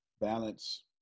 Balance